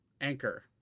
anchor